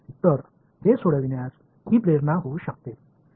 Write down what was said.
तर हे सोडविण्यास ही प्रेरणा होऊ शकते